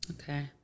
Okay